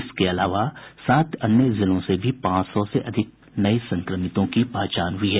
इसके अलावा सात अन्य जिलों से भी पांच सौ से अधिक नये संक्रमितों की पहचान हुई है